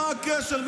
מה הקשר?